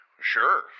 Sure